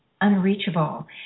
unreachable